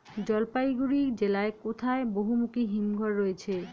জলপাইগুড়ি জেলায় কোথায় বহুমুখী হিমঘর রয়েছে?